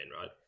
right